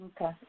okay